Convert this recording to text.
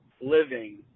living